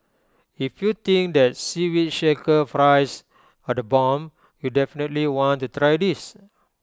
if you think that Seaweed Shaker fries are the bomb you'll definitely want to try this